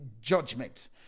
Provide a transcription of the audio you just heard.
judgment